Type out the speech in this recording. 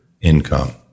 income